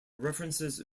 references